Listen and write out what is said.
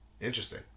Interesting